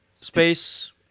space